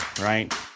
right